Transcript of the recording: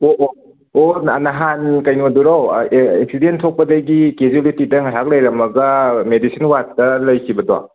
ꯑꯣ ꯑꯣ ꯑꯣꯍ ꯅꯍꯥꯟ ꯀꯩꯅꯣꯗꯨꯔꯣ ꯑꯦꯛꯁꯤꯗꯦꯟ ꯊꯣꯛꯄꯗꯒꯤ ꯀꯦꯖ꯭ꯋꯦꯂꯤꯇꯤꯗ ꯉꯍꯥꯛ ꯂꯩꯔꯝꯃꯒ ꯃꯦꯗꯤꯁꯤꯟ ꯋꯥꯔ꯭ꯗꯇ ꯂꯩꯈꯤꯕꯗꯣ